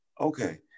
Okay